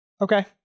Okay